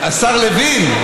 השר לוין,